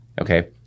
okay